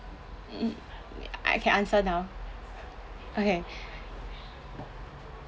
um I can answer now okay